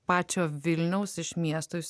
pačio vilniaus iš miesto jūs